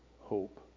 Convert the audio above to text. hope